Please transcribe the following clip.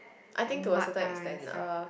I think to a certain extent uh